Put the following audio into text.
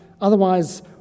Otherwise